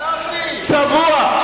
סלח לי, צבוע.